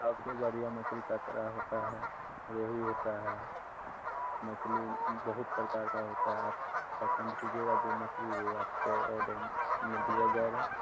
सबसे बढ़िया मछली कतरा होता है रेहू होता है मछली बहुत प्रकार का होता है आप पसंद कीजिएगा जो मछली वह आपको आर्डर में दिया जाएगा